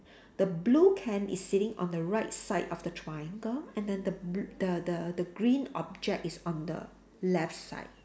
the blue can is sitting on the right side of the triangle and then the bl~ the the the green object is on the left side